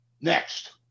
Next